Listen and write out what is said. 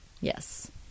yes